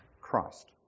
Christ